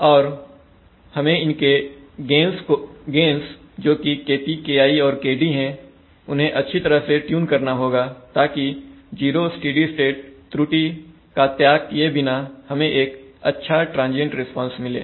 और हमें इनके गेंस् जोकि KpKi और Kd है उन्हें अच्छी तरह से ट्यून करना होगा ताकि 0 स्टेडी स्टेट त्रुटि का त्याग किए बिना हमें एक अच्छा ट्रांजियंट रिस्पांस मिले